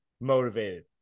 motivated